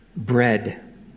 Bread